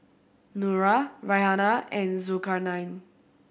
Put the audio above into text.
Nura Raihana and Zulkarnain